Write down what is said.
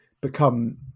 become